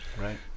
Right